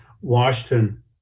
Washington